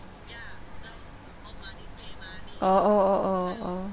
oh oh oh oh oh